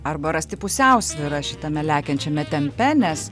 arba rasti pusiausvyrą šitame lekiančiame tempe nes